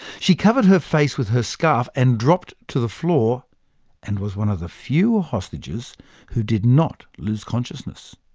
she covered her face with her scarf and dropped to the floor and was one of the few hostages who did not lose consciousness.